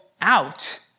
out